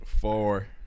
Four